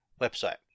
website